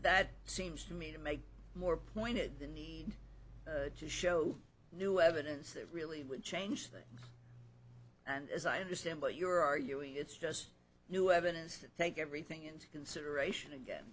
that seems to me to make more pointed than show new evidence it really would change things and as i understand what you're arguing it's just new evidence take everything into consideration a